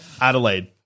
Adelaide